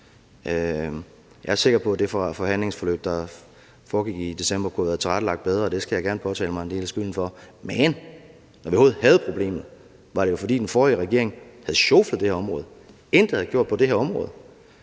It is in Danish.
Jeg er sikker på, at det forhandlingsforløb, der foregik i december, kunne have været tilrettelagt bedre – det skal jeg gerne påtage mig en del af skylden for – men når vi overhovedet havde problemet, var det jo, fordi den forrige regering havde sjoflet det her område, intet havde gjort på det her område.